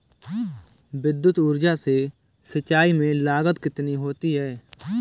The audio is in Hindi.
विद्युत ऊर्जा से सिंचाई में लागत कितनी होती है?